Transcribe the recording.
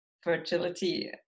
fertility